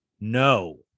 No